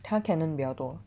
它 Canon 比较多